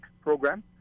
program